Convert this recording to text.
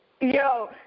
Yo